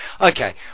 Okay